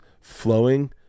flowing